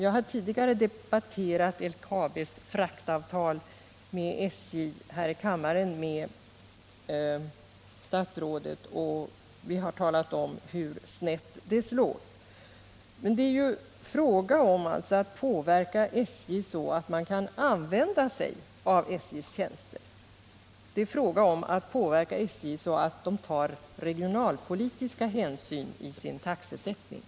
Jag har tidigare här i kammaren med statsrådet debatterat LKAB:s fraktavtal med SJ och därvid konstaterat hur snett det slår. Det är alltså fråga om att påverka SJ, så att man kan använda sig av SJ:s tjänster, och det gäller att påverka SJ så, att SJ tar regionalpolitiska hänsyn vid taxesättningen.